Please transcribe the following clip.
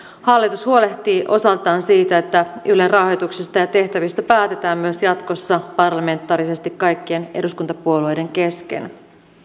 hallitus huolehtii osaltaan siitä että ylen rahoituksesta ja tehtävistä päätetään myös jatkossa parlamentaarisesti kaikkien eduskuntapuolueiden kesken